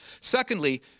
Secondly